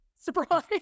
surprise